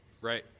Right